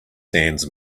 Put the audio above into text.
sands